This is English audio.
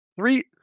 Three